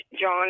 John